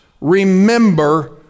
remember